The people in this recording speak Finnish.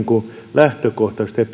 lähtökohtaisesti